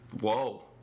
Whoa